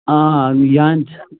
آ یہِ ہَن چھِ